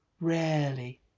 rarely